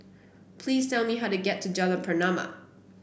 please tell me how to get to Jalan Pernama